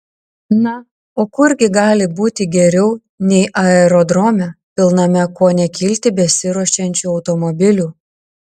na o kur gi gali būti geriau nei aerodrome pilname ko ne kilti besiruošiančių automobilių